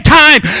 time